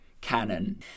canon